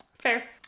Fair